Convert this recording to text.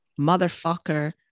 motherfucker